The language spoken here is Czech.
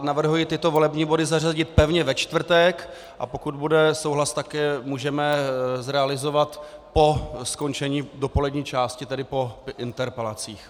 Navrhuji tyto volební body zařadit pevně ve čtvrtek, a pokud bude souhlas, můžeme je zrealizovat po skončení dopolední části, tedy po interpelacích.